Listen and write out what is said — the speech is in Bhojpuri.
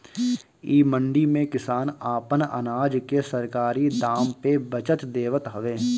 इ मंडी में किसान आपन अनाज के सरकारी दाम पे बचत देवत हवे